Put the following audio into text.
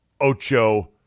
Ocho